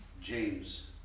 James